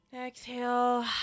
Exhale